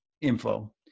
info